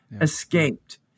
escaped